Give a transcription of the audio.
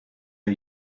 for